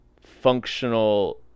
functional